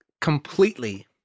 completely